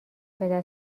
پدر